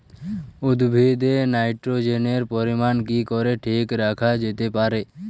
উদ্ভিদে নাইট্রোজেনের পরিমাণ কি করে ঠিক রাখা যেতে পারে?